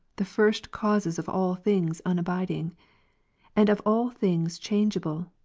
the first causes of all things unabiding and of all things change able,